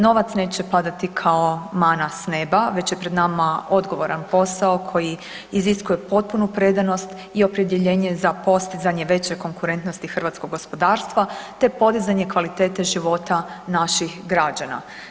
Novac neće padati kao mana s neba već je pred nama odgovaran posao koji iziskuje potpunu predanost i opredjeljenje za postizanje većeg konkurentnosti hrvatskog gospodarstva te podizanje kvalitete života naših građana.